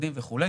חרדים וכו',